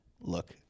look